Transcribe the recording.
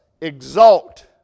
exalt